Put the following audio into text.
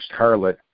harlot